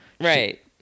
Right